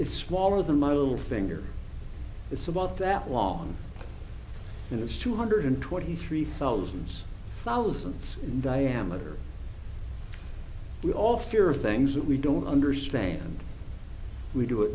it's smaller than my little finger it's about that long and it's two hundred twenty three thousands thousands diameter we all fear of things that we don't understand we do it